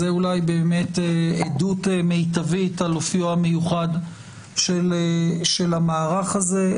זאת אולי עדות מיטבית על אופיו המיוחד של המערך הזה.